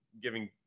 giving